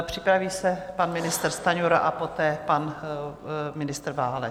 Připraví se pan ministr Stanjura a poté pan ministr Válek.